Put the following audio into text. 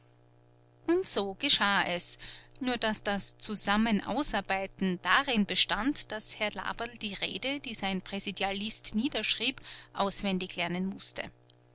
und so geschah es nur daß das zusammenausarbeiten darin bestand daß herr laberl die rede die sein präsidialist niederschrieb auswendig lernen mußte